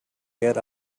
get